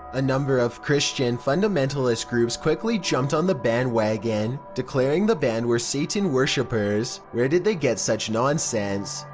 a number of christian fundamentalist groups quickly jumped on the bandwagon, declaring the band were satan worshipers. where did they get such nonsense?